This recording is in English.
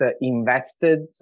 invested